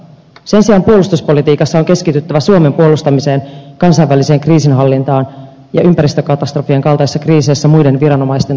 sen sijaan puolustuspolitiikassa on keskityttävä suomen puolustamiseen kansainväliseen kriisinhallintaan ja ympäristökatastrofien kaltaisissa kriiseissä muiden viranomaisten tukemiseen